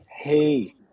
Hey